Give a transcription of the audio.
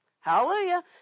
Hallelujah